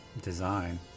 design